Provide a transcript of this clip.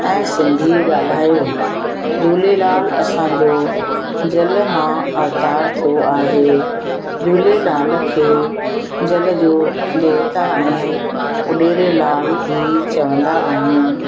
ऐं सिंधी ॻाल्हायूं झूलेलाल असांजो जल मां अवतार थियो आहे झूलेलाल खे जल जो देवता ऐं उॾेरी लाल बि चवंदा आहियूं